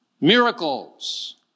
miracles